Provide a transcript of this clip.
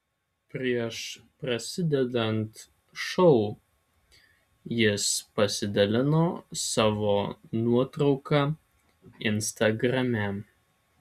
prieš prasidedant šou jis pasidalino savo nuotrauka instagrame